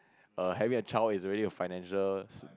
err having a child is already a financial